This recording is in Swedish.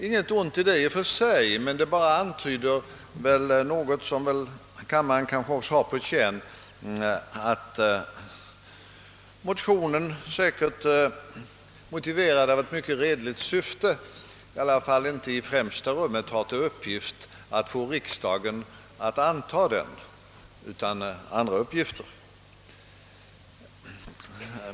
Inget ont i detta i och för sig, men det visar väl vad kammarens ledamöter kanske också har på känn, nämligen att motionärernas avsikt med motionen — som säkert har ett mycket redligt syfte — i varje fall inte i främsta rummet är att få den bifallen av riksdagen.